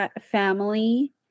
family